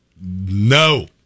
No